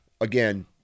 Again